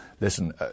listen